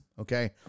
okay